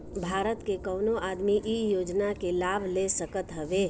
भारत के कवनो आदमी इ योजना के लाभ ले सकत हवे